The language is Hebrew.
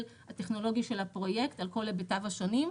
הטכנולוגי של הפרויקט על כל היבטיו השונים.